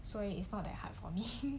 so it is not that hard for me